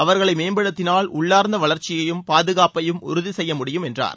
அவர்களை மேம்படுத்தினால் உள்ளார்ந்த வளர்ச்சியையும் பாதுகாப்பையும் உறுதி செய்ய முடியும் என்றார்